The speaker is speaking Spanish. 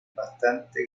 bastante